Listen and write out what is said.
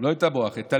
לא את המוח, את הלב,